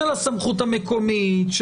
למשל של הסמכות המקומית.